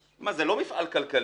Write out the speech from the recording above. מה, זה לא מפעל כלכלי,